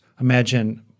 Imagine